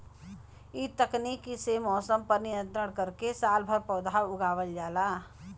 इ तकनीक से मौसम पर नियंत्रण करके सालभर पौधा उगावल जाला